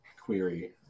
query